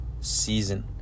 season